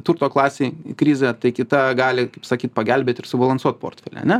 turto klasei krizė tai kita gali kaip sakyt pagelbėt ir subalansuot portfelį ane